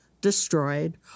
destroyed